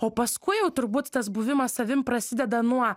o paskui jau turbūt tas buvimas savim prasideda nuo